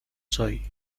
soy